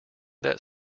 that